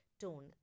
tone